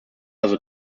also